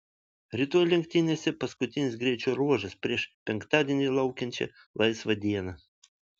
rytoj lenktynėse paskutinis greičio ruožas prieš penktadienį laukiančią laisvą dieną